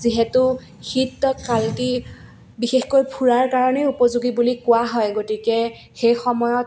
যিহেতু শীত কালটি বিশেষকৈ ফুৰাৰ কাৰণেই উপযোগী বুলি কোৱা হয় গতিকে সেইসময়ত